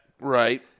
Right